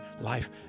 life